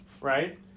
Right